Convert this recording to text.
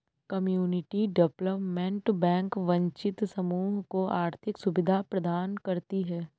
community development bank वंचित समूह को आर्थिक सुविधा प्रदान करती है